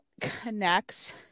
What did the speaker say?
connect